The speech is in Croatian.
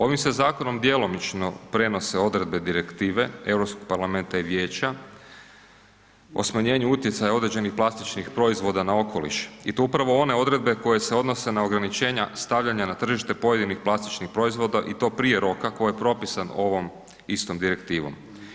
Ovim se zakonom djelomično prenose odredbe Direktive Europskog parlamenta i Vijeća o smanjenju utjecaja određenih plastičnih proizvoda na okoliš i to upravo one odredbe koje se odnose na ograničenja stavljanja na tržište pojedinih plastičnih proizvoda i to prije roka koji je propisan ovom istom direktivom.